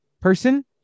person